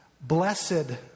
blessed